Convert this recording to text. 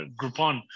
Groupon